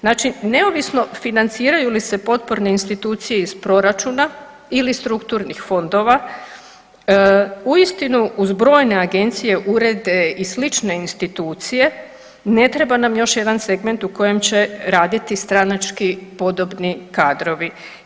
Znači neovisno financiraju li se potporne institucije iz proračuna ili strukturnih fondova uistinu uz brojne agencije, urede i slične institucije ne treba nam još jedan segment u kojem će raditi stranački podobni kadrovi.